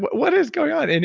what what is going on? and